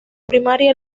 primaria